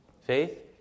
Faith